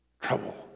trouble